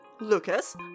Lucas